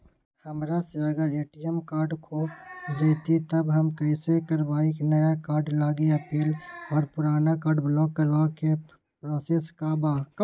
हमरा से अगर ए.टी.एम कार्ड खो जतई तब हम कईसे करवाई नया कार्ड लागी अपील और पुराना कार्ड ब्लॉक करावे के प्रोसेस का बा?